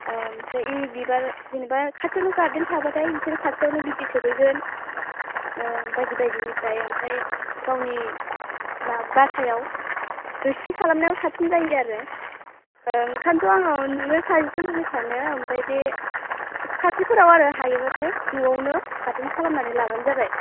ओमफ्राय बे बिबार जेनेबा खाथियावनो गार्डेन थाबाथाय बिसोरो खाथियावनो बिदै सोबहैगोन बायदि बायदिनिफ्राय ओमफ्राय गावनि बासायाव रोसि खालामनायाव साबसिन जायो आरो ओंखायनोथ' आङो नोंनो साजेस'न होनो सानो ओमफ्राय बे खाथिफोराव आरो हायोबाथाय न'आवनो गार्डेन खालामनानै लाबानो जाबाय